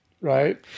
right